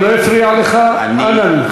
הוא לא הפריע לך, אנא ממך.